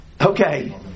Okay